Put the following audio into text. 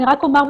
אני רק אומר,